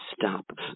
stop